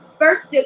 first